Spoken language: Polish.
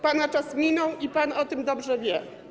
Pana czas minął i pan o tym dobrze wie.